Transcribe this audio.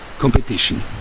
competition